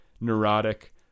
neurotic